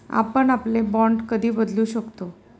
आपण आपले बाँड कधी बदलू शकतो?